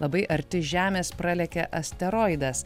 labai arti žemės pralėkė asteroidas